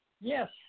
Yes